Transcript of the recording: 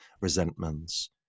resentments